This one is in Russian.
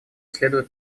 следует